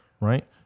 right